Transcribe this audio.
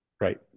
Right